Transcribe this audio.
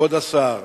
כבוד השר,